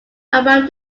around